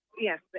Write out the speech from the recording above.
yes